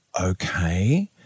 okay